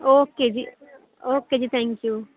okay ji okay ji thank you